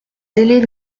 zélés